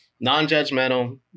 non-judgmental